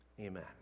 Amen